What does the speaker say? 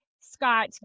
Scott